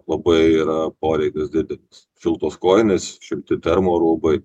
labai yra poreikis didelis šiltos kojinės šilti termo rūbai